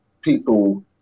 people